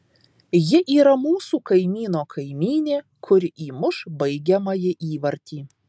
ji yra mūsų kaimyno kaimynė kuri įmuš baigiamąjį įvartį